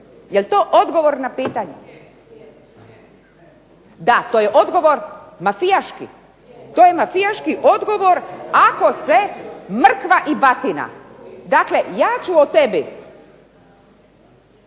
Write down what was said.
je li to odgovor na pitanje? Da, to je odgovor mafijaški. To je mafijaški odgovor ako se mrkva i batina. Dakle, ja ću o tebi,